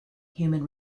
human